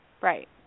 Right